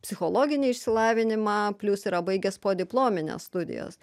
psichologinį išsilavinimą plius yra baigęs podiplomines studijas